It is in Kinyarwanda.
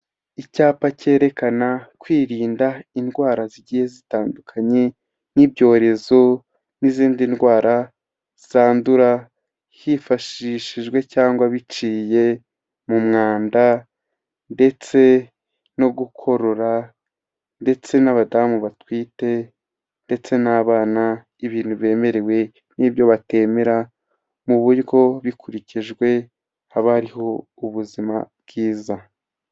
Icyapa cyerekana kwirinda indwara zigiye zitandukanye, nk'ibyorezo n'izindi ndwara zandura hifashishijwe cyangwa biciye mu mwanda, ndetse no gukorora ndetse n'abadamu batwite ndetse n'abana, ibintu bemerewe n'ibyo batemera, mu buryo bikurikijwe haba hariho ubuzima bwiza.